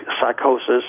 psychosis